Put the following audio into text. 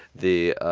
the